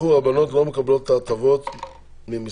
בשחרור הבנות לא מקבלות את ההטבות ממשרד